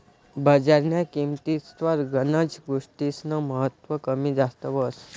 बजारन्या किंमतीस्वर गनच गोष्टीस्नं महत्व कमी जास्त व्हस